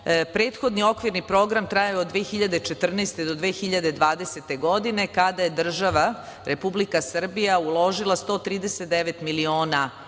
prethodni okvirni program trajao je od 2014. do 2020. godine, kada je država Republika Srbija uložila 139 miliona evra